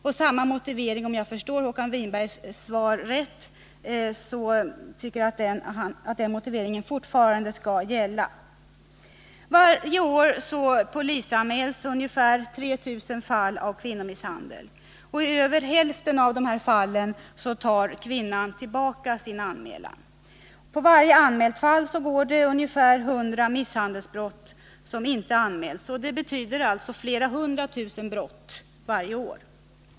Och om jag förstår Håkan Winbergs svar rätt tycker han att den motiveringen fortfarande skall gälla. Varje år polisanmäls ungefär 3 000 fall av kvinnomisshandel. I över hälften av fallen tar kvinnorna tillbaka sin anmälan. På varje anmält fall går ungefär 100 misshandelsbrott som inte anmäls. Det betyder alltså flera hundra tusen brott varje år.